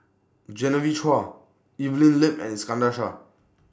Genevieve Chua Evelyn Lip and Iskandar Shah